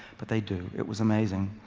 but they do. it was amazing.